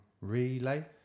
Relay